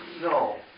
No